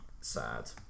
sad